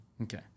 Okay